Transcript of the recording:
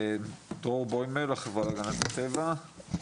דרור בוימל, החברה להגנת הטבע.